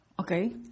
Okay